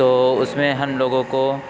تو اس میں ہم لوگوں کو